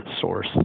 source